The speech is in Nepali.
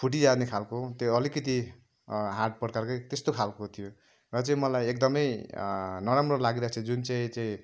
फुटी जाने खालको त्यो अलिकति हार्ड प्रकारको त्यस्तो खालको थियो र चाहिँ मलाई एकदमै नराम्रो लागिरहेको छ जुन चाहिँ चाहिँ